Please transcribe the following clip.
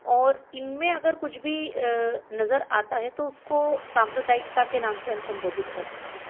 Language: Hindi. और इनमें अगर कुछ भी नज़र आता है तो उसको साम्प्रदायिकता के नाम से हम सम्बोधित कर सकते हैं